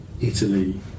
Italy